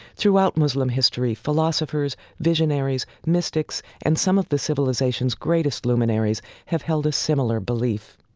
throughout muslim history, philosophers, visionaries, mystics, and some of the civilization's greatest luminaries have held a similar belief.